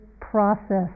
process